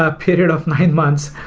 ah period of nine months.